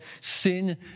sin